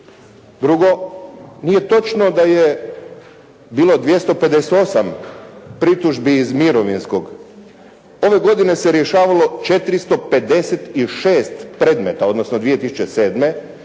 Drugo, nije točno da je bilo 258 pritužbi iz mirovinskog. Ove godine se rješavalo 456 predmeta, odnosno 2007.